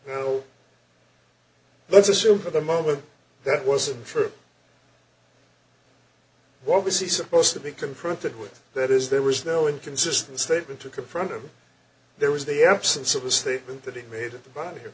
let's assume for the moment that it wasn't true what was he supposed to be confronted with that is there was no inconsistent statement to confront him there was the absence of a statement that he made of the body